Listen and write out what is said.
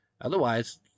Otherwise